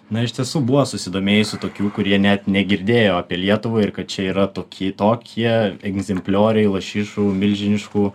na iš tiesų buvo susidomėjusių tokių kurie net negirdėjo apie lietuvą ir kad čia yra tokie tokie egzemplioriai lašišų milžiniškų